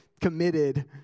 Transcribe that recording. committed